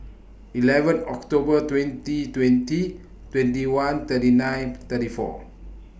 eleven October twenty twenty twenty one thirty nine thirty four